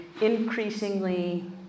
increasingly